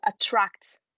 attract